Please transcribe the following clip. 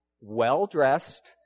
well-dressed